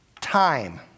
time